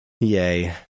yay